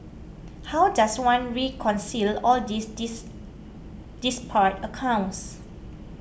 how does one reconcile all these disparate accounts